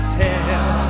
tell